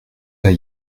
pas